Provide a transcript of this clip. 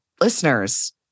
listeners